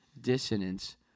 dissonance